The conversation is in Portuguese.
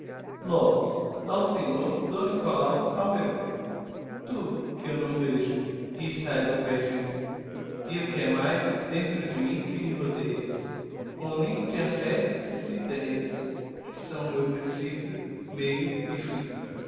salmeron tu que eu não vejo e estás ao pé de mim e o que é mais dentro de mim que me rodeias com um nimbo de affectos e de ideas que são o meu principio meio e fim